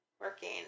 working